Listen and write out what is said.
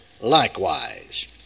likewise